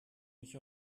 nicht